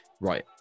Right